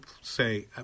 say